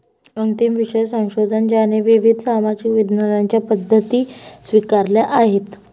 अंतिम विषय संशोधन ज्याने विविध सामाजिक विज्ञानांच्या पद्धती स्वीकारल्या आहेत